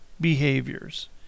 behaviors